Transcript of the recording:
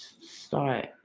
Start